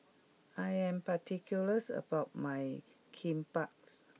I am particular about my Kimbaps